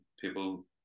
People